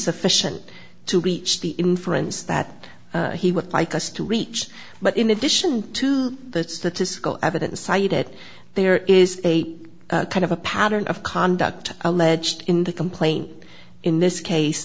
sufficient to reach the inference that he would like us to reach but in addition to the statistical evidence cited there is a kind of a pattern of conduct alleged in the complaint in this case